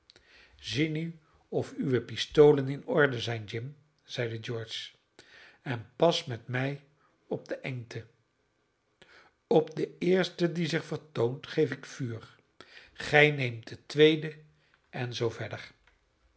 zie nu of uwe pistolen in orde zijn jim zeide george en pas met mij op de engte op den eerste die zich vertoont geef ik vuur gij neemt den tweede en zoo verder